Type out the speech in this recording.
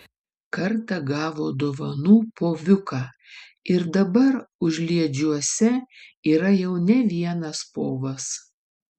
kartą gavo dovanų poviuką ir dabar užliedžiuose yra jau ne vienas povas